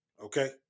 okay